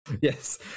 Yes